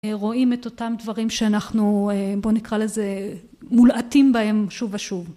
רואים את אותם דברים שאנחנו בוא נקרא לזה מולעטים בהם שוב ושוב